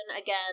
again